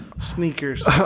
sneakers